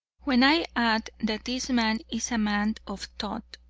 when i add that this man is a man of thought,